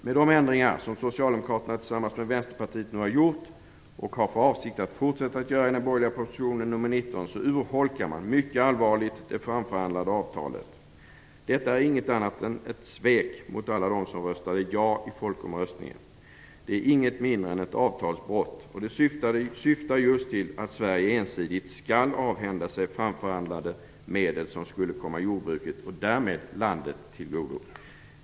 Med de ändringar som socialdemokraterna tillsammans med Vänsterpartiet nu har gjort och har för avsikt att fortsätta att göra i den borgerliga propositionen nr 19 urholkar man mycket allvarligt det framförhandlade avtalet. Detta är inget annat än ett svek mot alla dem som röstade ja i folkomröstningen. Det är inget mindre än ett avtalsbrott. Och det syftar just till att Sverige ensidigt skall avhända sig framförhandlade medel, som skulle komma jordbruket och därmed landet till godo.